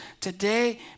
today